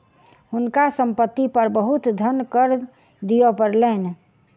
हुनका संपत्ति पर बहुत धन कर दिअ पड़लैन